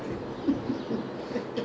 I know turf club lah